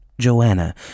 Joanna